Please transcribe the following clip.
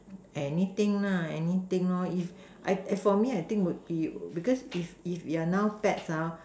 anything anything if I for me I think would be because if if you're now pets